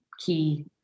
key